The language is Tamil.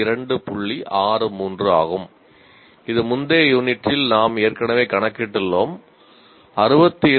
63 ஆகும் இது முந்தைய யூனிட்டில் நாம் ஏற்கனவே கணக்கிட்டுள்ளோம் 62